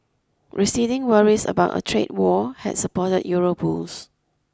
receding worries about a trade war had support Euro bulls